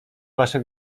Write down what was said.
wasze